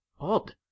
odd